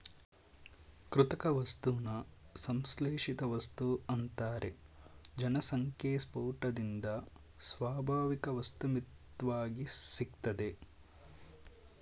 ಕೃತಕ ವಸ್ತುನ ಸಂಶ್ಲೇಷಿತವಸ್ತು ಅಂತಾರೆ ಜನಸಂಖ್ಯೆಸ್ಪೋಟದಿಂದ ಸ್ವಾಭಾವಿಕವಸ್ತು ಮಿತ್ವಾಗಿ ಸಿಗ್ತದೆ